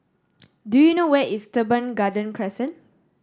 do you know where is Teban Garden Crescent